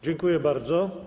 Dziękuję bardzo.